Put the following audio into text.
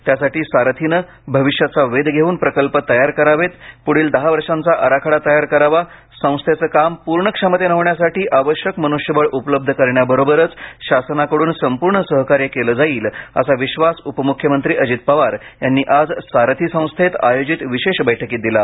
त्यासाठी सारथीने भविष्याचा वेध घेऊन प्रकल्प तयार करावेत पुढील दहा वर्षांचा आराखडा तयार करावा संस्थेचं काम पूर्ण क्षमतेने होण्यासाठी आवश्यक मन्ष्यबळ उपलब्ध करण्यावरोबरच शासनाकडून संपूर्ण सहकार्य केले जाईल असा विश्वास उपमुख्यमंत्री अजित पवार यांनी आज सारथी संस्थेत आयोजित विशेष बैठकीत दिला